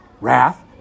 wrath